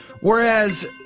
whereas